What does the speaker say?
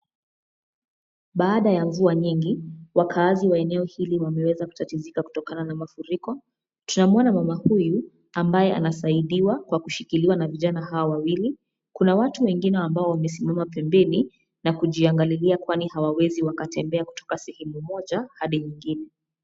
Baada ya mvua nyingi, wakaazi wa eneo hili wameweza kutatizika kutokana na mafuriko. Tunamuona mama huyu ambaye anasaidiwa kwa kushirikiliwa na vijana hawa wawili, kuna watu wengine ambao wamesimama pembeni nakuji angalilia kwani hawawezi waka tembea kutoka sehemu moja hadi nyingine.